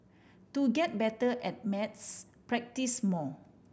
to get better at maths practise more